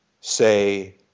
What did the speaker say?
say